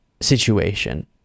situation